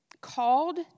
called